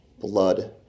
blood